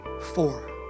Four